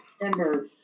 remember